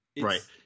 Right